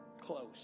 close